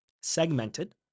segmented